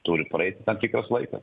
turi praeiti tam tikras laikas